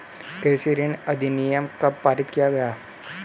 कृषि ऋण अधिनियम कब पारित किया गया?